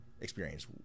experience